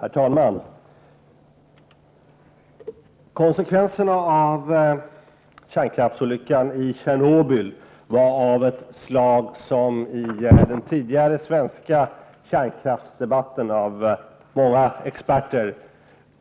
Herr talman! Konsekvenserna av kärnkraftsolyckan i Tjernobyl var av ett slag som i den tidigare svenska kärnkraftsdebatten av många experter